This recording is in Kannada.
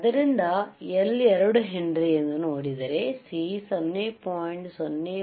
ಆದ್ದರಿಂದ L 2 henry ಎಂದು ನೋಡಿದರೆ C 0